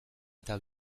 eta